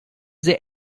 the